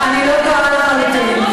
אני לא טועה, לחלוטין, לא טועה.